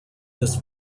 this